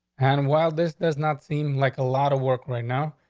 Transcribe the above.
and while this does not seem like a lot of work right now,